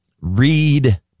read